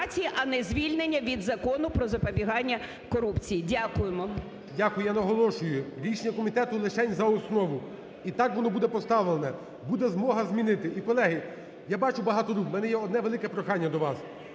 а не звільнення від Закону "Про запобігання корупції". Дякуємо. ГОЛОВУЮЧИЙ. Дякую. Я наголошую, рішення комітету – лишень за основу і так воно буде поставлене, буде змога змінити. І, колеги, я бачу багато рук, в мене є одне велике прохання до вас,